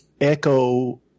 echo